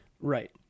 Right